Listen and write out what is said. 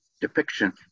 depiction